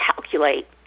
calculate